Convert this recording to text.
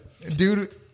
Dude